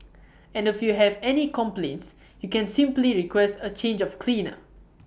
and if you have any complaints you can simply request A change of cleaner